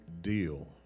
deal